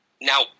now